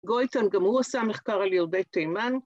גוייטן, גם הוא עשה מחקר על יורדי תימן.